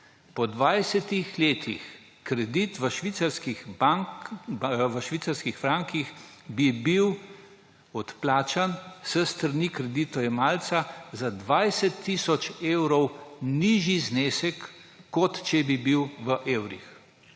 Po 20 letih bi bil kredit v švicarskih frankih odplačan s strani kreditojemalca za 20 tisoč evrov nižjim znesekom, kot če bi bil v evrih.